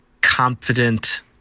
confident